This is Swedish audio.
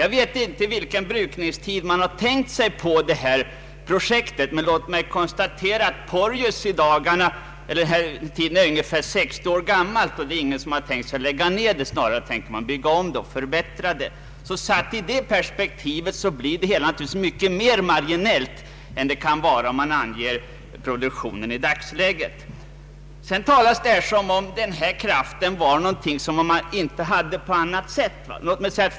Jag vet inte vilken brukningstid man tänkt sig för detta projekt, men låt mig konstatera att Porjus är 60 år gammalt och att ingen har tänkt sig att lägga ned det kraftverket — snarare tänker man bygga om och förbättra det. I detta perspektiv blir projektet naturligtvis mycket mera marginellt än om man anger produktionen i dagsläget. Det talas här nästan som om denna kraft vore någonting som man inte kunde få på annat sätt.